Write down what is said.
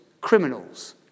criminals